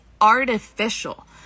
artificial